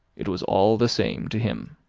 it was all the same to him.